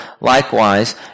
likewise